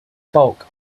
bulk